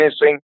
missing